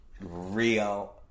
real